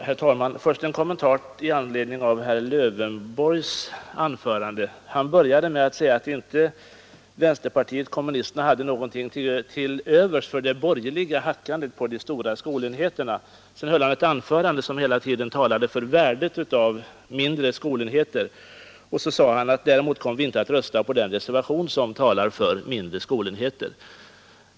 Herr talman! Först en kommentar i anledning av herr Lövenborgs anförande. Han började med att säga att vänsterpartiet kommunisterna inte hade någonting till övers för det borgerliga hackandet på de stora skolenheterna. Därefter talade han om värdet av mindre skolenheter, och så sade han att däremot kommer hans parti inte att rösta för den reservation som talar för mindre skolenheter.